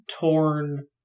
torn